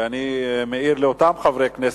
ואני מעיר לאותם חברי כנסת,